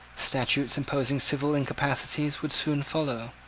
statutes imposing civil incapacities would soon follow.